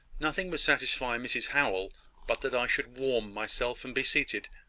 nothing would satisfy mrs howell but that i should warm myself, and be seated.